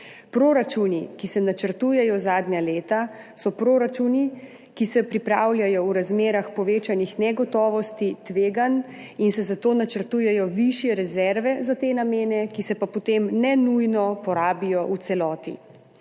Proračuni, ki se načrtujejo zadnja leta, so proračuni, ki se pripravljajo v razmerah povečanih negotovosti, tveganj in se zato načrtujejo višje rezerve za te namene, ki se pa potem ne nujno porabijo v celoti.